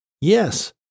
Yes